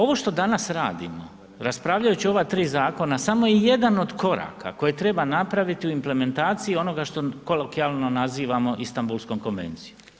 Ovo što danas radimo raspravljajući o ova tri zakona samo je jedan od koraka koje treba napraviti u implementaciji onoga što kolokvijalno nazivamo Istanbulskom konvencijom.